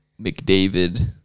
McDavid